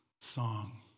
song